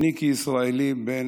אני כישראלי בן